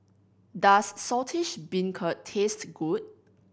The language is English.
does Saltish Beancurd taste good